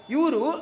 Yuru